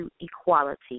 Equality